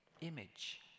image